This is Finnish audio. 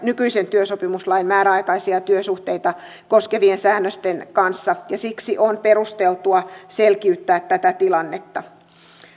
nykyisen työsopimuslain määräaikaisia työsuhteita koskevien säännösten kanssa ja siksi on perusteltua selkiyttää tätä tilannetta